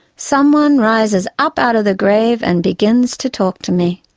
someone rises up out of the grave and begins to talk to me.